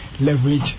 leverage